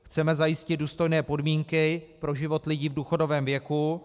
Chceme zajistit důstojné podmínky pro život lidí v důchodovém věku.